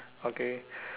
okay